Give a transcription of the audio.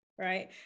right